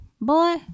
Boy